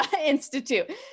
Institute